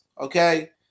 okay